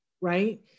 Right